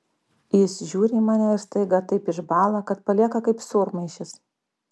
jis žiūri į mane ir staiga taip išbąla kad palieka kaip sūrmaišis